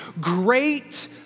great